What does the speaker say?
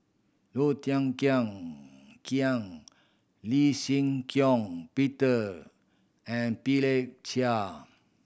Low Thia Khiang Khiang Lee Shih Shiong Peter and Chia